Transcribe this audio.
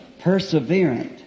perseverant